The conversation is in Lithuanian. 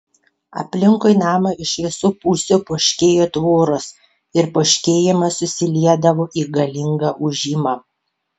aplinkui namą iš visų pusių poškėjo tvoros ir poškėjimas susiliedavo į galingą ūžimą